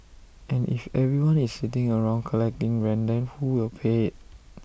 and if everyone is sitting around collecting rent then who will pay IT